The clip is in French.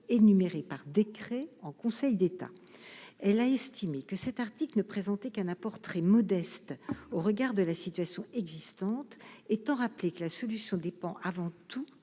énumérées par décret en Conseil d'État, elle a estimé que cet article ne présenter qu'un apport très modeste au regard de la situation existante, étant rappelé que la solution dépend avant tout